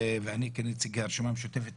ואני כנציג הרשימה המשותפת,